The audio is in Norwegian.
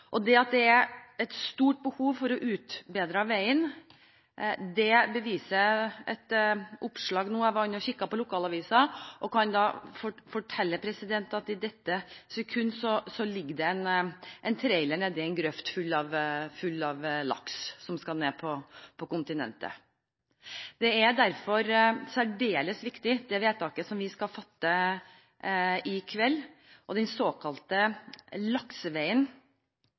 Det at det er et stort behov for å utbedre veien, viser et oppslag nå – jeg var inne og kikket på lokalavisen – og jeg kan fortelle at i dette sekund ligger det en trailer full av laks nede i en grøft. Den skal ned på kontinentet. Det vedtaket som vi skal fatte i kveld, er særdeles viktig. Den såkalte lakseveien